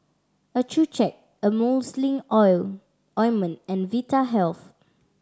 Accucheck Emulsying ointment and Vitahealth